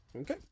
Okay